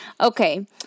Okay